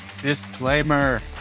disclaimer